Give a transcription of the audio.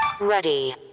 Ready